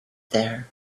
there